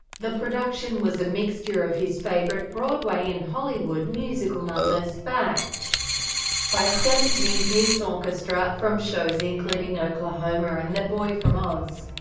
the production was a mixture of his favourite broadway and hollywood musical numbers, backed by a seventeen piece orchestra, from shows including oklahoma and the boy from oz.